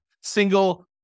single